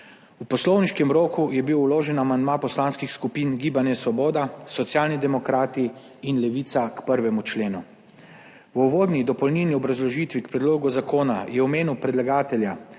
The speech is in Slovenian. V poslovniškem roku je bil vložen amandma poslanskih skupin Gibanje Svoboda, Socialni demokrati in Levica k 1. členu. V uvodni dopolnilni obrazložitvi k predlogu zakona je v imenu predlagatelja